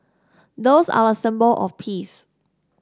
doves are a symbol of peace